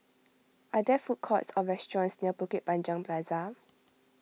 are there food courts or restaurants near Bukit Panjang Plaza